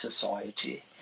society